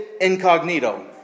incognito